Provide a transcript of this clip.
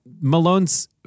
Malone's